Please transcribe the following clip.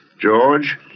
George